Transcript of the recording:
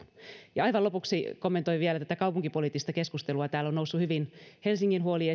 ja aivan lopuksi kommentoin vielä tätä kaupunkipoliittista keskustelua täällä on noussut hyvin esiin helsingin huoli